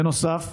בנוסף,